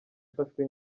ifashwe